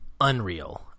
unreal